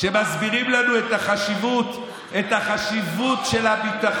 שמסבירים לנו את החשיבות של הביטחון